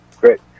Great